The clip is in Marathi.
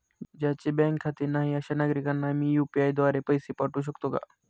ज्यांचे बँकेत खाते नाही अशा नागरीकांना मी यू.पी.आय द्वारे पैसे पाठवू शकतो का?